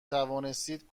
توانستید